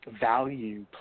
value